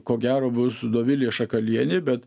ko gero bus dovilė šakalienė bet